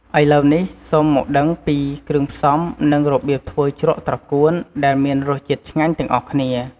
ឥឡូវនេះ សូមមកដឹងពីគ្រឿងផ្សំ និងរបៀបធ្វើជ្រក់ត្រកួនដែលមានរសជាតិឆ្ងាញ់ទាំងអស់គ្នា។